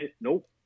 Nope